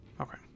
okay